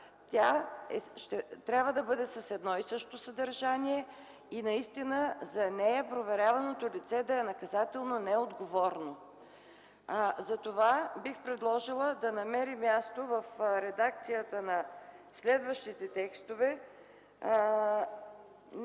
тя трябва да бъде с едно и също съдържание, наистина за нея проверяваното лице да е наказателно неотговорно. Затова бих предложила да намери място в редакцията на следващите текстове.